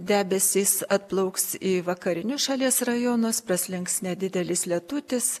debesys atplauks į vakarinius šalies rajonuose praslinks nedidelis lietutis